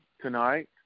tonight